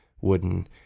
wooden